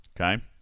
Okay